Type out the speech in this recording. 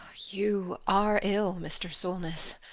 you are ill, mr. solness.